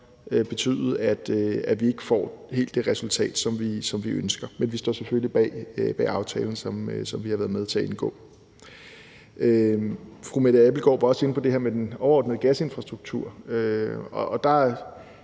betyde, at vi ikke får helt det resultat, som vi ønsker, men vi står selvfølgelig bag aftalen, som vi har været med til at indgå. Fru Mette Abildgaard var også inde på det her med den overordnede gasinfrastruktur,